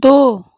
दो